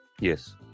Yes